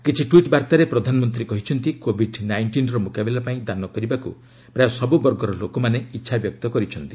କିଛି ଟ୍ୱିଟ୍ ବାର୍ତ୍ତାରେ ପ୍ରଧାନମନ୍ତ୍ରୀ କହିଛନ୍ତି କୋଭିଡ୍ ନାଇଷ୍ଟିନ୍ର ମୁକାବିଲା ପାଇଁ ଦାନ କରିବାକୁ ପ୍ରାୟ ସବୁ ବର୍ଗର ଲୋକମାନେ ଇଚ୍ଛା ବ୍ୟକ୍ତ କରିଛନ୍ତି